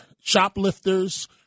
shoplifters